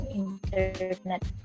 internet